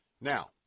Now